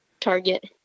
target